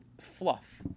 fluff